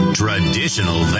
traditional